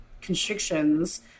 constrictions